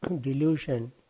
delusion